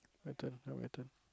my turn now my turn